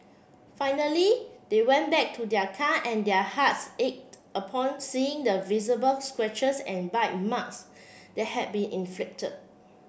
finally they went back to their car and their hearts ached upon seeing the visible scratches and bite marks that had been inflicted